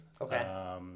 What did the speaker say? Okay